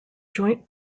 joint